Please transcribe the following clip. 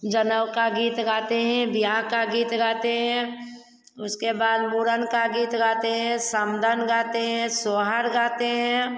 जनौ का गीत गाते हैं बियाह का गीत गाते हैं उसके बाद मूड़न का गीत गाते हैं समधन गाते हैं सोहर गाते हैं